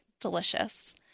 delicious